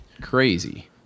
crazy